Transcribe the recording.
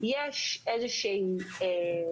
יש איזו רמת